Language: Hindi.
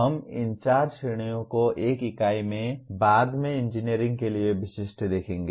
हम इन चार श्रेणियों को एक इकाई में बाद में इंजीनियरिंग के लिए विशिष्ट देखेंगे